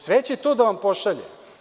Sve će to da vam pošalje.